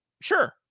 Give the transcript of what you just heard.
Sure